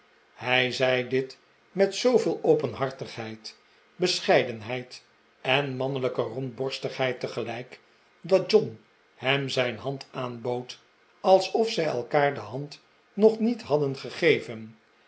hij zei dit met zooveel openhartigheid bescheidenheid en mannelijke rondborstigheid tegelijk dat john hem zijn hand aanbood alsof zij elkaar de hand nog niet hadden gegeven